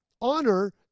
Honor